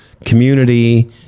community